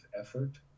effort